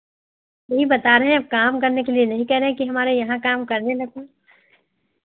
वही बता रहे अब काम करने के लिए नहीं कह रहे कि हमारे यहाँ काम करने लगो